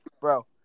Bro